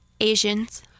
Asians